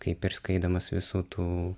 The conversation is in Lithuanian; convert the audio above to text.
kaip ir skaidomas visų tų